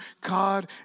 God